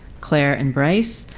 clare and bryce.